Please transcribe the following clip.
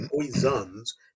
poisons